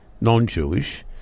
non-Jewish